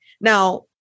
Now